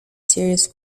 serious